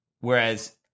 whereas